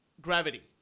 gravity